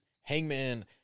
Hangman